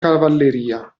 cavalleria